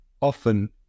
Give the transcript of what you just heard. often